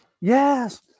Yes